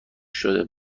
شده